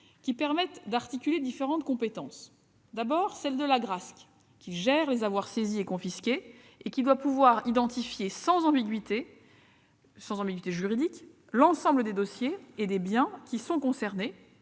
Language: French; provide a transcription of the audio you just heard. et permettant d'articuler différentes compétences, à commencer par celles de l'Agrasc, qui gère les avoirs saisis et confisqués et qui doit pouvoir identifier, sans ambiguïté juridique, l'ensemble des dossiers et des biens concernés.